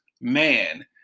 Man